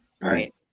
Right